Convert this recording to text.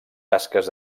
tasques